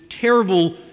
terrible